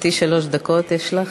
דקות יש לך.